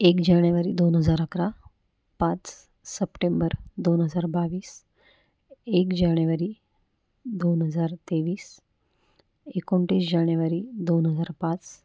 एक जाणेवारी दोन हजार अकरा पाच सप्टेंबर दोन हजार बावीस एक जाणेवारी दोन हजार तेवीस एकोणतीस जानेवारी दोन हजार पाच